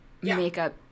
makeup